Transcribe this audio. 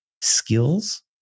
skills